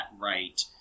right